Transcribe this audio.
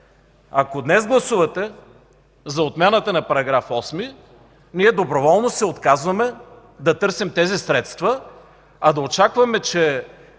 Ако днес гласувате за отмяната на § 8, ние доброволно се отказваме да търсим тези средства, а да очакваме, че